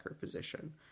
position